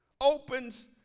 opens